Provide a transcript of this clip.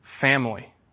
family